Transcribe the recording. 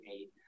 eight